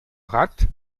rad